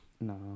No